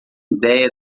ideia